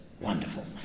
Wonderful